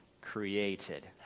created